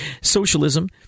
Socialism